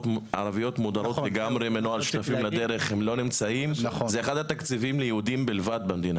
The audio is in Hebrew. האם אתם מכירים את הדבר הזה?